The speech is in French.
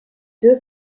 deux